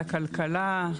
לכלכלה,